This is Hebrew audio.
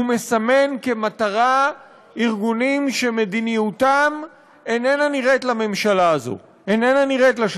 הוא מסמן כמטרה ארגונים שמדיניותם איננה נראית לממשלה הזאת,